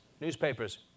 newspapers